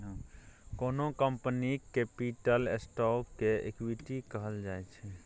कोनो कंपनीक capital stock केँ इक्विटी कहल जाइ छै